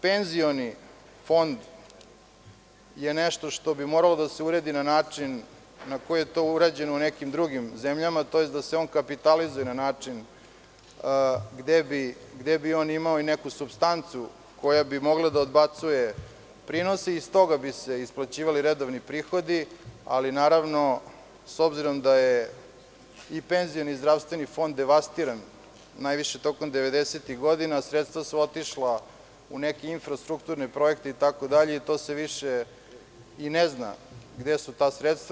Penzioni fond je nešto što bi moralo da se uredi na način na koji je to urađeno u nekim drugim zemljama, tj. da se on kapitalizuje na način gde bi on imao neku supstancu koja bi mogla da odbacuje prinose i iz toga bi se isplaćivali redovni prihodi, ali s obzirom da je penzioni i zdravstveni fond devastiran, najviše 90-ih godina, sredstva su otišla u neke infrastrukturne projekte i više se ne zna gde su ta sredstva.